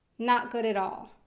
not good at all.